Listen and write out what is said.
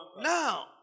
Now